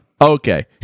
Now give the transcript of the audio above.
okay